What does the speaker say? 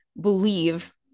believe-